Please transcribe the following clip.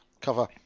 cover